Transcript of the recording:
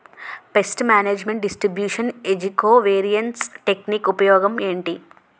paste management distribution ఏజ్జి covariance technique ఉపయోగం ఏంటి